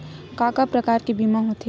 का का प्रकार के बीमा होथे?